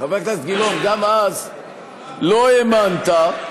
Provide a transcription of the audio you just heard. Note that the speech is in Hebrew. חבר הכנסת גילאון, גם אז לא האמנת,